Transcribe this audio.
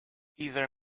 either